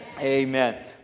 Amen